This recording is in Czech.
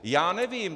Já nevím.